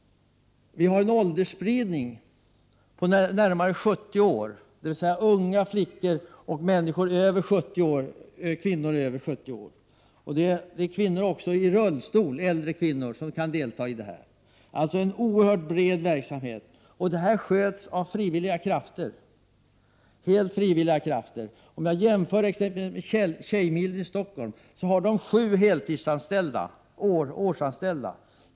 Vi har en åldersspridning på närmare 70 år. Unga flickor och kvinnor över 70 år deltar. Även äldre kvinnor i rullstol kan delta. Det är alltså en oerhört bred verksamhet. Detta sköts helt av frivilliga krafter. Jämför med Tjejmilen i Stockholm. Där har man sju heltidsårsanställda.